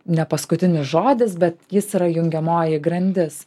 ne paskutinis žodis bet jis yra jungiamoji grandis